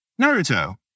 Naruto